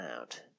out